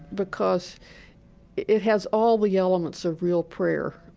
because it has all the elements of real prayer